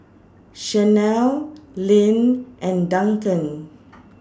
Shanelle Lynn and Duncan